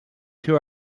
two